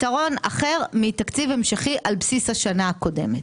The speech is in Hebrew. פתרון אחר מתקציב המשכי על בסיס השנה הקודמת.